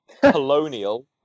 Colonial